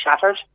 shattered